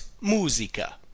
musica